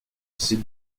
c’est